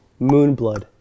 Moonblood